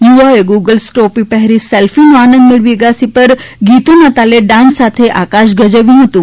યુવાઓ એ ગોગલ્સ ટોપી પહેરી સેલ્ફીનો આનંદ મેળવી અગાસી પર ગીતોના તાલે ડાન્સ સાથે આકાશ ગજવ્યું હતું